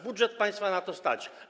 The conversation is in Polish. Budżet państwa na to stać.